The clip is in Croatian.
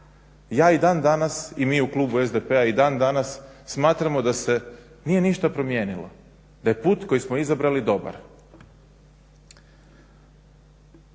ja i dan danas, i mi u klubu SDP-a i dan danas smatramo da se nije ništa promijenilo, da je put koji smo izabrali dobar.